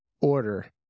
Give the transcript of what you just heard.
order